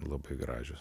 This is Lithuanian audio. labai gražios